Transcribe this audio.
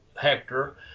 Hector